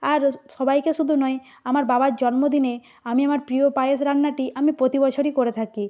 আর সবাইকে শুধু নয় আমার বাবার জন্মদিনে আমি আমার প্রিয় পায়েস রান্নাটি আমি প্রতি বছরই করে থাকি